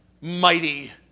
mighty